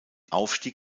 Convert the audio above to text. aufstieg